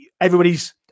everybody's